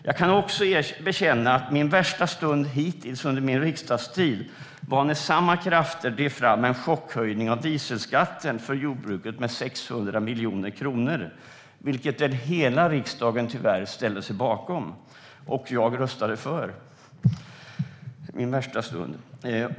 Jag kan bekänna att min värsta stund hittills under min riksdagstid var när samma krafter drev fram en chockhöjning av dieselskatten för jordbruket med 600 miljoner kronor, vilket hela riksdagen tyvärr ställde sig bakom. Och jag röstade för - min värsta stund.